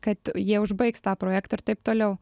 kad jie užbaigs tą projektą ir taip toliau